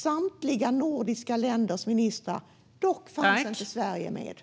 Samtliga nordiska ministrar fanns med utom Sveriges. Varför?